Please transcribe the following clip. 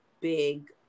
big